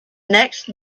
next